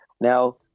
now